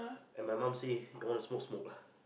and my mum say you wanna smoke smoke lah